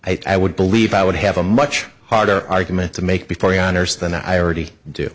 i would believe i would have a much harder argument to make before yawners than i already do